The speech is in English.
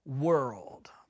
world